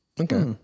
Okay